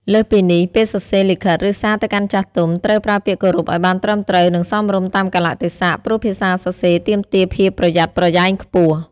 លើសពីនេះ ពេលសរសេរលិខិត ឬសារទៅកាន់ចាស់ទុំ ត្រូវប្រើពាក្យគោរពឱ្យបានត្រឹមត្រូវ និងសមរម្យតាមកាលៈទេសៈ ព្រោះភាសាសរសេរទាមទារភាពប្រយ័ត្នប្រយែងខ្ពស់។